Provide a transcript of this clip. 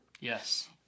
Yes